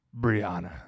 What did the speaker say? Brianna